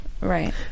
Right